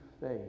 faith